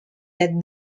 that